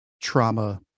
trauma